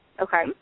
Okay